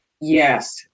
Yes